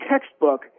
textbook